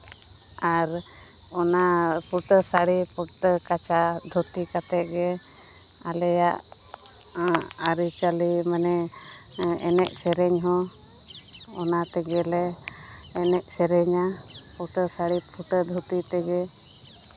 ᱟᱨ ᱚᱱᱟ ᱯᱷᱩᱴᱟᱹ ᱥᱟᱹᱲᱤ ᱯᱷᱩᱴᱟᱹ ᱠᱟᱪᱷᱟ ᱫᱷᱩᱛᱤ ᱠᱟᱛᱮᱫ ᱜᱮ ᱟᱞᱮᱭᱟᱜ ᱟᱹᱨᱤᱪᱟᱹᱞᱤ ᱢᱟᱱᱮ ᱮᱱᱮᱡ ᱥᱮᱨᱮᱧ ᱦᱚᱸ ᱚᱱᱟ ᱛᱮᱜᱮᱞᱮ ᱮᱱᱮᱡ ᱥᱮᱨᱮᱧᱟ ᱯᱷᱩᱴᱟᱹ ᱥᱟᱹᱲᱤ ᱯᱷᱩᱴᱟᱹ ᱫᱷᱩᱛᱤ ᱛᱮᱜᱮ